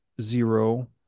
zero